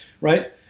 right